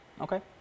okay